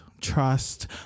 trust